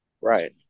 Right